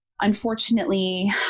unfortunately